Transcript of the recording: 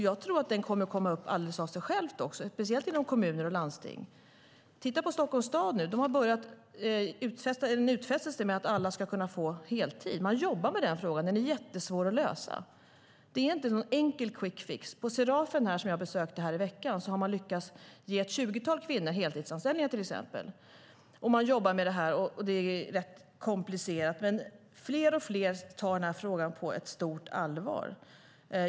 Jag tror att frågan kommer att komma upp alldeles av sig själv också, speciellt inom kommuner och landsting. Titta på Stockholms stad! De har nu en utfästelse om att alla ska kunna få heltid. Man jobbar med den frågan, men den är jättesvår att lösa. Det är inte någon enkel quick fix. På Serafen, som jag besökte i veckan, har man lyckats ge ett tjugotal kvinnor heltidsanställningar. Det är rätt komplicerat att jobba med detta, men fler och fler tar frågan på stort allvar.